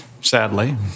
sadly